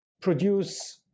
produce